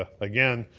again,